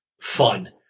fun